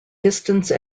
distance